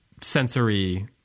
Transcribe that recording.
sensory